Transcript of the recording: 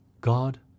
God